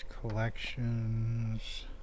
collections